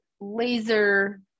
laser